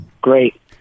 Great